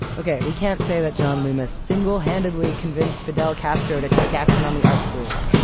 okay, we can't say that john loomis single-handedly convinced fidel castro to take action on the art schools,